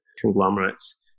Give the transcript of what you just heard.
conglomerates